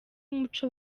umuco